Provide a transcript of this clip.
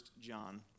John